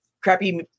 crappy